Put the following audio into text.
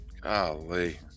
Golly